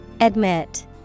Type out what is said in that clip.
Admit